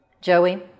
Joey